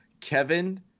Kevin